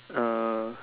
uh